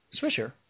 Swisher